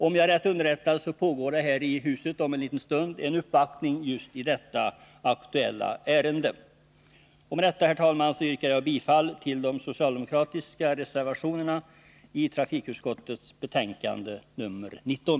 Om jag är rätt underrättad görs det om en stund här i huset en uppvaktning just i detta ärende. Med detta yrkar jag, herr talman, bifall till de socialdemokratiska reservationerna i trafikutskottets betänkande nr 19.